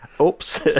Oops